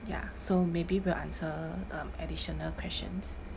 ya so maybe we'll answer um additional questions